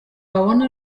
babona